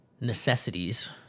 necessities